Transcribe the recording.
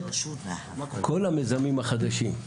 כל המיזמים החדשים,